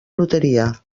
loteria